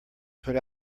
put